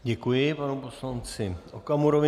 Děkuji panu poslanci Okamurovi.